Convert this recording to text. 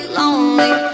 lonely